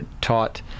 taught